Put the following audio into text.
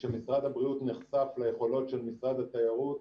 שמשרד הבריאות נחשף ליכולות של משרד התיירות.